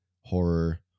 horror